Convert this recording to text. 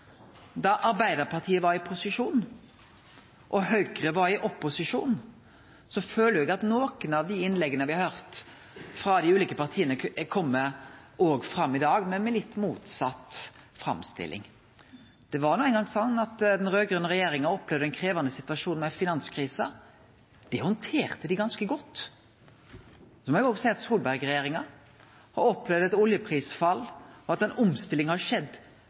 da Arbeidarpartiet var i posisjon og Høgre i opposisjon, føler eg at nokre av dei innlegga me høyrde frå dei ulike partia, òg kjem fram i dag, men med litt motsett framstilling. Det var no ein gong slik at den raud-grøne regjeringa opplevde ein krevjande situasjon med finanskrisa. Det handterte dei ganske godt. Da må eg òg seie at Solberg-regjeringa har opplevd eit oljeprisfall, og at den omstillinga har skjedd